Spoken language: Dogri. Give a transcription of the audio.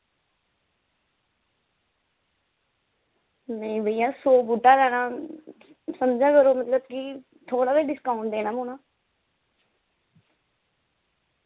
नेईं भैया सौ बूह्टा लैना समझा करो मतलब कि थोह्ड़ा ते डिस्काउंट देना पौना